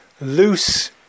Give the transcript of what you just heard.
loose